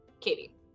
Katie